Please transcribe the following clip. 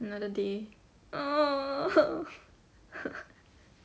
another day